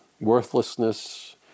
worthlessness